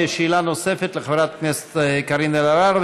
שאלה נוספת לחברת הכנסת קארין אלהרר,